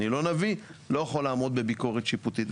אני לא נביא לא יכול לעמוד בביקורת שיפוטית.